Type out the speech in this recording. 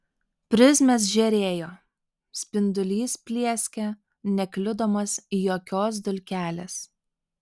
prizmės žėrėjo spindulys plieskė nekliudomas jokios dulkelės